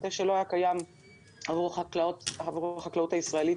מטה שלא היה קיים עבור החקלאות הישראלית,